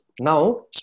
Now